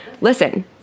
listen